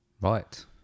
Right